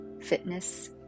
fitness